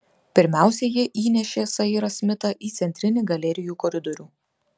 pirmiausia jie įnešė sairą smitą į centrinį galerijų koridorių